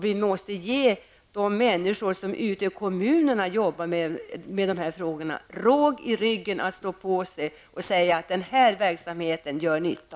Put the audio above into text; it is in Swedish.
Vi måste ge de människor ute i kommunerna som jobbar med de här frågorna råg i ryggen, så att de står på sig och talar om att den här verksamheten gör nytta.